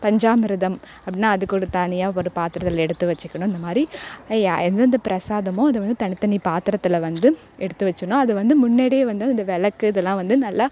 பஞ்சாமிர்தம் அப்படின்னா அதுக்கு ஒரு தனியாக ஒரு பாத்திரத்தில் எடுத்து வச்சுக்கணும் இந்த மாதிரி ஏ எந்தெந்த பிரசாதமோ அதை வந்து தனி தனி பாத்திரத்தில் வந்து எடுத்து வச்சோன்னா அது வந்து முன்னாடியே வந்து அந்த விளக்கு இதெல்லாம் வந்து நல்லா